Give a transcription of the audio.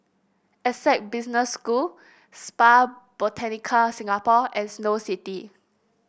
Essec Business School Spa Botanica Singapore and Snow City